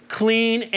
clean